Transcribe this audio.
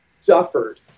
suffered